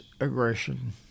aggression